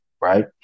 Right